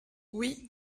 oui